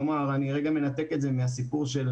כלומר, אני לרגע מנתק את זה מהסיפור של